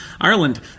Ireland